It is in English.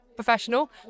professional